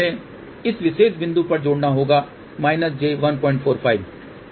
हमें इस विशेष बिंदु पर जोड़ना होगा j145